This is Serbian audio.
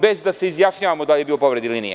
Bez da se izjašnjavamo da li je bilo povrede, ili nije.